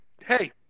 Hey